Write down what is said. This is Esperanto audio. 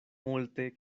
multe